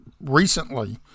recently